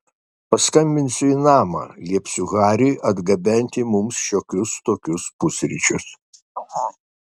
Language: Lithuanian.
paskambinsiu į namą liepsiu hariui atgabenti mums šiokius tokius pusryčius